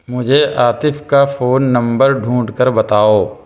مجھے عاطف کا phone number ڈھونڈھ کر بتاؤ